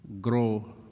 grow